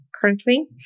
currently